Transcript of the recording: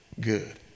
good